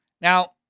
Now